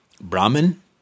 Brahman